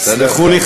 תסלחו לי,